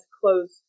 closed